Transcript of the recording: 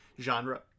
genre